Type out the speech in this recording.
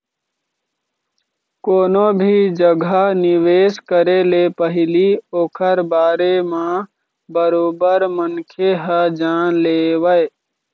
कोनो भी जघा निवेश करे ले पहिली ओखर बारे म बरोबर मनखे ह जान लेवय